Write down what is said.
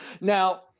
Now